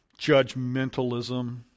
judgmentalism